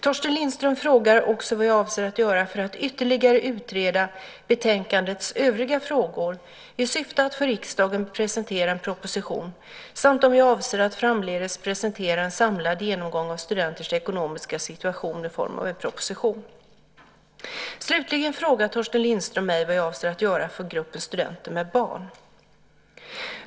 Torsten Lindström frågar också vad jag avser att göra för att ytterligare utreda betänkandets övriga frågor i syfte att för riksdagen presentera en proposition samt om jag avser att framdeles presentera en samlad genomgång av studenters ekonomiska situation i form av en proposition. Slutligen frågar Torsten Lindström mig vad jag avser att göra för gruppen studenter med barn.